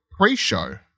Pre-show